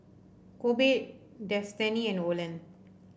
Kobe Destany and Olan